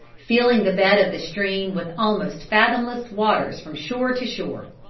filling the bed of the stream with almost fathomless waters from shore to shore.